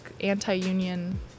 anti-union